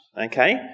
okay